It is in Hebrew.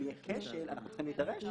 אילו יהיה כשל, אנחנו צריכים להידרש.